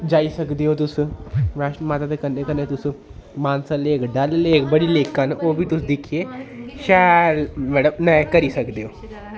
जाई सकदे ओ तुस वैश्णो माता ते कन्नै कन्नै तुस मानसर लेक डल लेक बड़ी लेकां न ओह् बी तुस दिक्खियै शैल मतलब मजा करी सकदे ओ